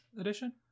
edition